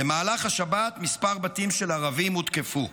במהלך השבת מספר בתים של ערבים הותקפו.